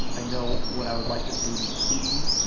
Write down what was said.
i know what i would like this movie to be,